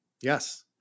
Yes